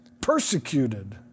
Persecuted